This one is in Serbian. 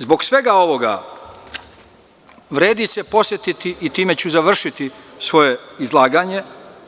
Zbog svega ovoga, vredi se podsetiti, i time ću završiti svoje izlaganje,